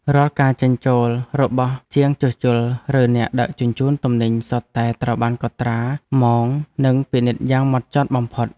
រាល់ការចេញចូលរបស់ជាងជួសជុលឬអ្នកដឹកជញ្ជូនទំនិញសុទ្ធតែត្រូវបានកត់ត្រាម៉ោងនិងពិនិត្យយ៉ាងហ្មត់ចត់បំផុត។